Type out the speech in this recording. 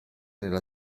nella